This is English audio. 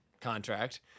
contract